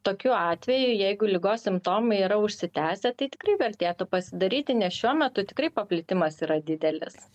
tokiu atveju jeigu ligos simptomai yra užsitęsę tai tikrai vertėtų pasidaryti nes šiuo metu tikrai paplitimas yra didelis